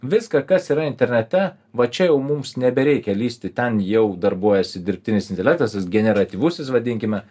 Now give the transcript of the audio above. viską kas yra internete va čia jau mums nebereikia lįsti ten jau darbuojasi dirbtinis intelektas tas generatyvusis vadinkime